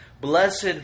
Blessed